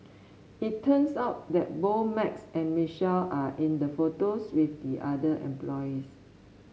it turns out that both Max and Michelle are in the photos with the other employees